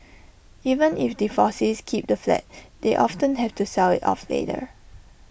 even if divorcees keep the flat they often have to sell IT off later